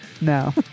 no